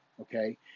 okay